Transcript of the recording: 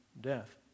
death